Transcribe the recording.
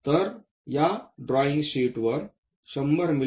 तर या ड्रॉईंग शीटवर 100 मि